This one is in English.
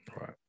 right